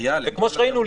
וכמו שראינו,